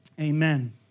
Amen